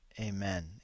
amen